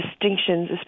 distinctions